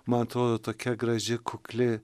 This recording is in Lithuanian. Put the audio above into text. man atrodo tokia graži kukli